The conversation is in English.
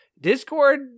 discord